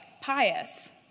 pious